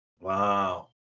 Wow